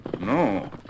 No